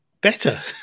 better